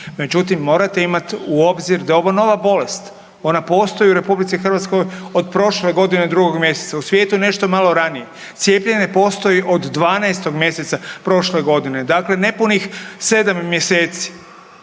Međutim, morate imati u obzir da je ovo nova bolest. Ona postoji u RH od prošle godine od drugog mjeseca, u svijetu nešto malo ranije. Cijepljenje postoji od 12. mjeseca prošle godine, dakle nepunih 7 mjeseci.